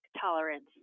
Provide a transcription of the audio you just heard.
tolerance